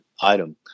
item